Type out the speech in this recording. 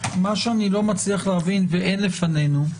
מה שאני לא מצליח להבין ואין לפנינו,